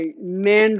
men